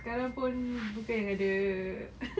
sekarang pun bukannya ada